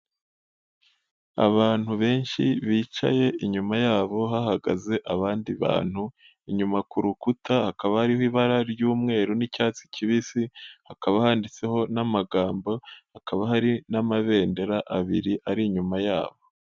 Abantu benshi bicaye inyuma yabo hahagaze abandi bantu, inyuma ku rukuta hakaba hariho ibara ry'umweru n'icyatsi kibisi, hakaba handitseho n'amagambo, hakaba hari n'amabendera abiri ari inyuma yabo.